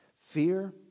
Fear